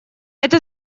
это